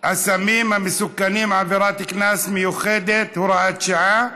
הסמים המסוכנים (עבירת קנס מיוחדת, הוראת שעה),